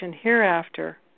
hereafter